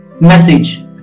message